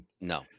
No